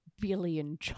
billion